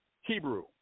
hebrew